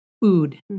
food